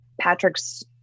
Patrick's